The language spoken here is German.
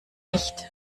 nicht